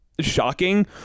shocking